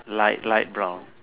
light light brown